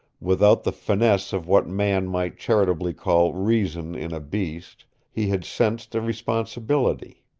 without the finesse of what man might charitably call reason in a beast, he had sensed a responsibility.